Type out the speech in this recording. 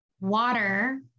water